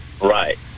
right